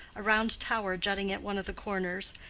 a round tower jutting at one of the corners,